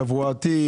תברואתי,